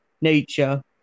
nature